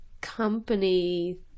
company